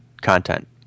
content